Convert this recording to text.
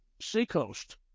seacoast